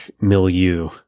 milieu